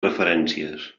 referències